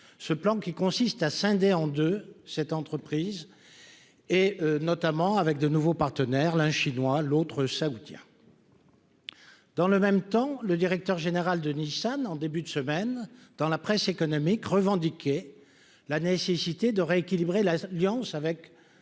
ce plan qui consiste à scinder en 2 cette entreprise et notamment avec de nouveaux partenaires l'un chinois, l'autre saoudien. Dans le même temps, le directeur général de Nissan en début de semaine dans la presse économique revendiqué la nécessité de rééquilibrer l'alliance avec